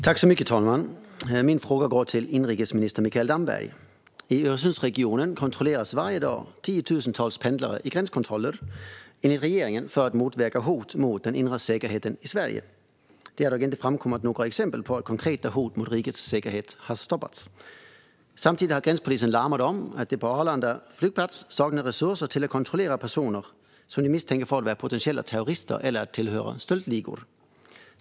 Fru talman! Min fråga är till inrikesminister Mikael Damberg. I Öresundsregionen kontrolleras varje dag tiotusentals pendlare i gränskontroller, enligt regeringen för att motverka hot mot den inre säkerheten i Sverige. Det har dock inte framkommit några exempel på att konkreta hot mot rikets säkerhet har stoppats. Samtidigt har gränspolisen larmat om att man på Arlanda flygplats saknar resurser till att kontrollera personer som man misstänker för att vara potentiella terrorister eller tillhöra stöldligor.